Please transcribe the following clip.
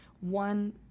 one